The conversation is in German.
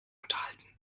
unterhalten